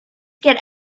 get